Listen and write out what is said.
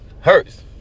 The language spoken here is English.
Hurts